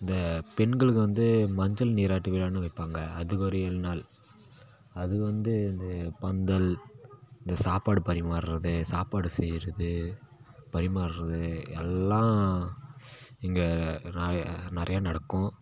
இந்த பெண்களுக்கு வந்து மஞ்சள் நீராட்டு விழான்னு வைப்பாங்க அதுக்கொரு ஏழு நாள் அது வந்து இது பந்தல் இந்த சாப்பாடு பரிமாறுறது சாப்பாடு செய்கிறது பரிமாறுறது எல்லாம் இங்கே நிறைய நடக்கும்